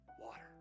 water